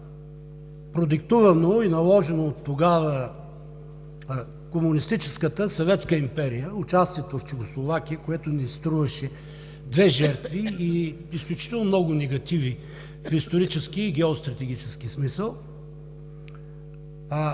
продиктувано и наложено от тогава комунистическата Съветска империя, участието в Чехословакия ни струваше две жертви и изключително много негативи в исторически и геостратегически смисъл.